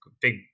big